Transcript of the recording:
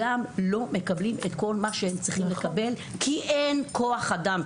גם לא מקבלים את כל מה שהם צריכים לקבל כי אין כוח אדם.